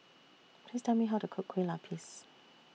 Please Tell Me How to Cook Kueh Lapis